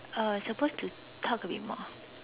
uh supposed to talk a bit more